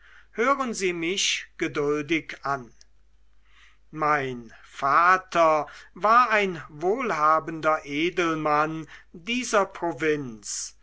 hören sie mich geduldig an mein vater war ein wohlhabender edelmann dieser provinz